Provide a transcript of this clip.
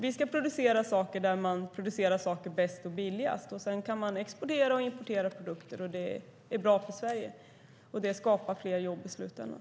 Vi ska producera saker där vi gör det bäst och billigast, och sedan kan vi exportera och importera produkter. Det är bra för Sverige och skapar fler jobb i slutändan.